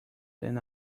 than